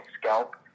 scalp